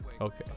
Okay